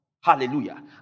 hallelujah